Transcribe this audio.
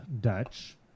Dutch